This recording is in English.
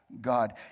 God